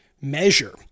measure